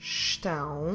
estão